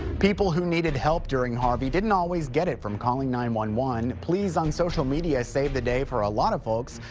people who needed help during harvey didn't always get it from calling nine one one. pleas on social media saved the day for a lot of folks.